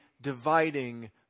dividing